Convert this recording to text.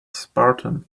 spartan